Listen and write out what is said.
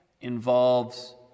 involves